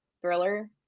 thriller